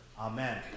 Amen